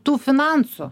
tų finansų